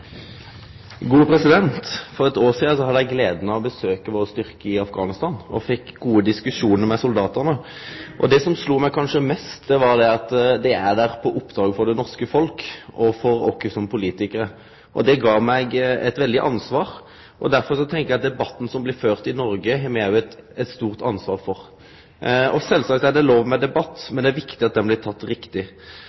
For eit år sidan hadde eg gleda av å besøkje styrkane våre i Afghanistan og fekk gode diskusjonar med soldatane. Det som kanskje slo meg mest, var at dei er der på oppdrag frå det norske folket og frå oss som politikarar. Det gav meg eit veldig ansvar, og derfor tenkjer eg at me har eit stort ansvar for debatten som blir ført i Noreg. Sjølvsagt er det lov til å ha debatt, men det er